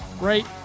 Right